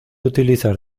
utilizar